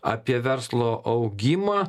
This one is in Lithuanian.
apie verslo augimą